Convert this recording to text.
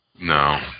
No